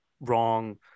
wrong